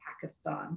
Pakistan